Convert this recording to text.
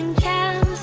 can